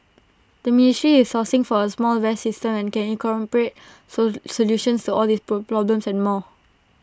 the ministry is sourcing for A smart vest system that can incorporate solutions to all these pro problems and more